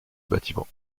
bâtiment